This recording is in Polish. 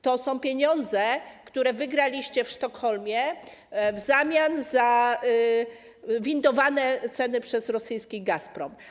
To są pieniądze, które wygraliście w Sztokholmie w zamian za ceny windowane przez rosyjski Gazprom.